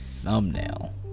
Thumbnail